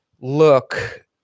look